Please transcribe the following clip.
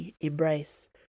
embrace